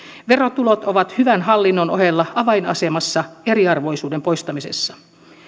verotulot ovat hyvän hallinnon ohella avainasemassa eriarvoisuuden poistamisessa